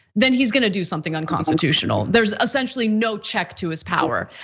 then he's gonna do something unconstitutional. there's essentially no check to his power,